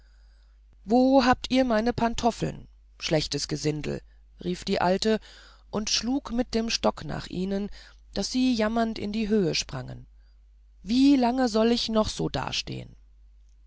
wo habt ihr meine pantoffeln schlechtes gesindel rief die alte und schlug mit dem stock nach ihnen daß sie jammernd in die höhe sprangen wie lange soll ich noch so dastehen